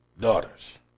daughters